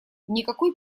никакой